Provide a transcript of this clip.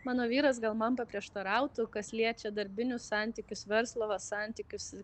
mano vyras gal man paprieštarautų kas liečia darbinius santykius verslo santykius